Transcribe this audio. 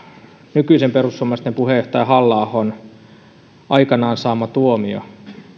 nykyisen perussuomalaisten puheenjohtaja halla ahon aikanaan saama tuomio